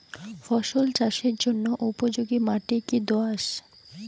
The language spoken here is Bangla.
ফসল চাষের জন্য উপযোগি মাটি কী দোআঁশ?